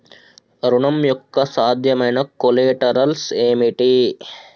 ఋణం యొక్క సాధ్యమైన కొలేటరల్స్ ఏమిటి?